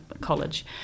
college